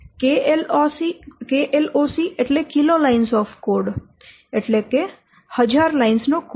KLOC એટલે kilo lines of code એટલે કે હજારો લાઇન્સ નો કોડ